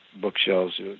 bookshelves